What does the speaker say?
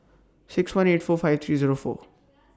six one eight four five three Zero four